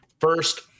First